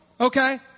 Okay